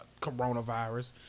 coronavirus